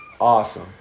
awesome